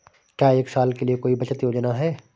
क्या एक साल के लिए कोई बचत योजना है?